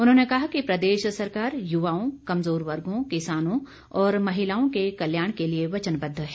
उन्होंने कहा कि प्रदेश सरकार युवाओं कमजोर वर्गों किसानों और महिलाओं के कल्याण के लिए वचनबद्व है